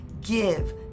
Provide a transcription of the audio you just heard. give